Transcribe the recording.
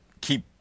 keep